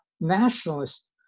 nationalist